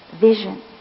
vision